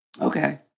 Okay